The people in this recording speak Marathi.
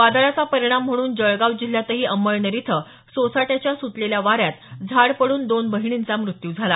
वादळाचा परिणाम म्हणून जळगाव जिल्ह्यातही अंमळनेर इथं सोसाट्याच्या सुटलेल्या वाऱ्यात झाड पडून दोन बहिणींचा मृत्यू झाला